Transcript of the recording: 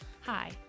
Hi